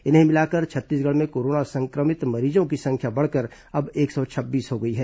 इन्हें मिलाकर छत्तीसगढ़ में कोरोना संक्रमितों मरीजों की संख्या बढ़कर अब एक सौ छब्बीस हो गई है